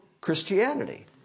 christianity